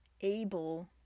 able